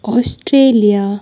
Australia